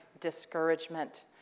discouragement